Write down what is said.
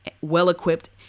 well-equipped